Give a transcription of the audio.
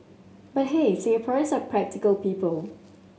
but hey Singaporeans are practical people